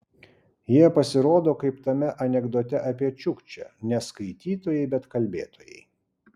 jie pasirodo kaip tame anekdote apie čiukčę ne skaitytojai bet kalbėtojai